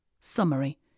Summary